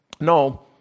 No